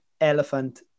elephant